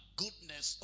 goodness